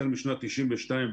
החל משנת 1992,